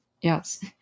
Yes